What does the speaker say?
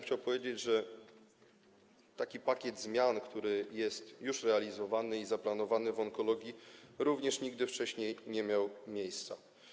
Chciałbym powiedzieć, że taki pakiet zmian, jaki jest już zaplanowany i realizowany w onkologii, również nigdy wcześniej nie miał miejsca.